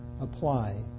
apply